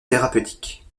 thérapeutique